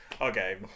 okay